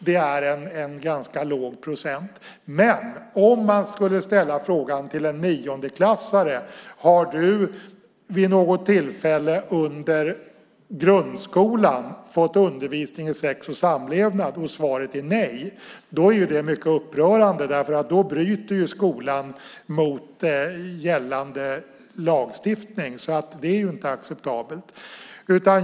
Men om man till en niondeklassare ställer frågan "Har du vid något tillfälle under grundskolan fått undervisning i sex och samlevnad?" och svaret blir nej är det mycket upprörande. Då bryter skolan mot gällande lagstiftning. Det är inte acceptabelt.